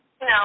No